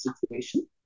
situation